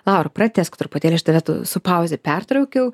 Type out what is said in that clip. laura pratesk truputėlį aš tave tu su pauze pertraukiau